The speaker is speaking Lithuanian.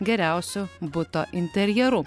geriausiu buto interjeru